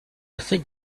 think